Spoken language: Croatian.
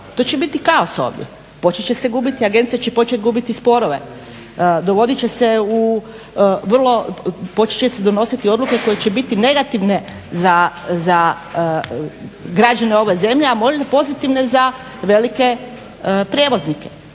to će biti kaos ovdje, počet će se gubiti agencija će početi gubiti sporove, počet će se donositi odluke koje će biti negativne za građane ove zemlje, a možda pozitivne za velike prijevoznike.